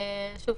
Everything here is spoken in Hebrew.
שוב